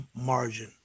margin